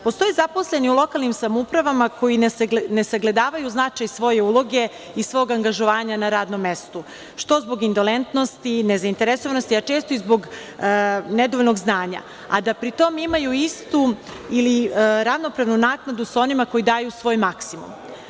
Postoje zaposleni u lokalnim samoupravama koji ne sagledavaju značaj svoje uloge i svog angažovanja na radnom mestu, što zbog indolentnosti, nezainteresovanosti, a često i zbog nedovoljnog znanja, a da pri tom imaju istu ili ravnopravnu naknadu sa onima koji daju svoj maksimum.